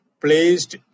placed